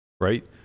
right